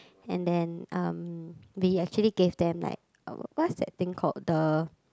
and then um we actually gave them like uh what's that thing called the